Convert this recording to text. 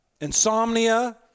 insomnia